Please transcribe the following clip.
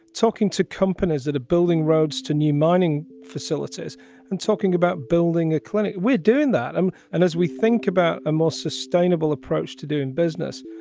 talking to companies that are building roads to new mining facilities and talking about building a clinic. we're doing that and and as we think about a more sustainable approach to doing business,